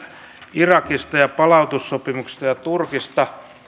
irakista ja palautussopimuksista ja turkista